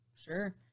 sure